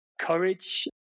courage